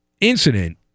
incident